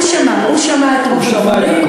הוא שמע, הוא שמע את רוב הדברים.